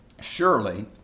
surely